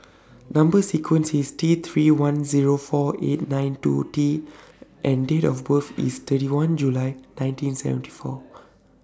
Number sequence IS T three one Zero four eight nine two T and Date of birth IS thirty one July nineteen seventy four